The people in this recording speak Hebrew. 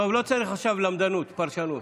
טוב, לא צריך עכשיו למדנות, פרשנות.